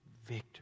Victory